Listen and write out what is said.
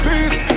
Peace